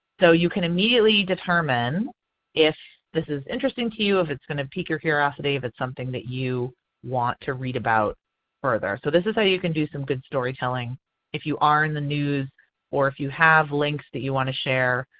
so you can immediately determine if this is interesting to you, if it's going to peak your curiosity, if it's something that you want to read about further. so this is how you can do some good storytelling if you are in the news or if you have links that you want to share,